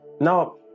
Now